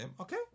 okay